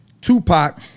Tupac